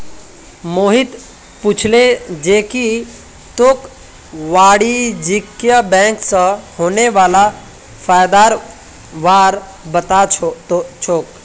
मोहित पूछले जे की तोक वाणिज्यिक बैंक स होने वाला फयदार बार पता छोक